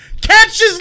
catches